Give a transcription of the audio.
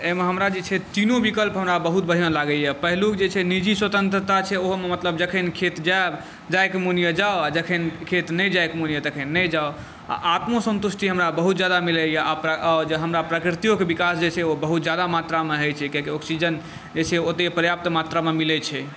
एहिमे हमरा जे छै तीनू विकल्प हमरा बहुत बढिऑं लागैया पहिलुक जे छै निजी स्वतंत्रता छै ओहो मतलब जखन खेत जायब जाय के मोन होय तऽ जाऊ जखन खेत नहि जायके मोन होय तखन नहि जाउ आ आत्मसंतुष्टि हमरा बहुत ज्यादा मिलैया जे हमरा प्रकृतियोके विकास जे छै बहुत जादा मात्राम होइ छै किएकि ऑक्सीजन एहिसँ ओतय पर्याप्त मात्रामे मिलै छै